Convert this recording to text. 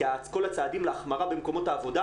כי כל הצעדים להחמרה במקומות העבודה,